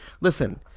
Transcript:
listen